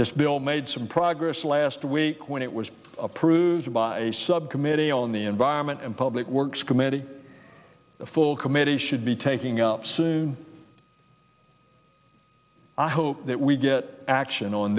this bill made some progress last week when it was approved by a subcommittee on the environment and public works committee the full committee should be taking up soon i hope that we get action on